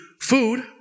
food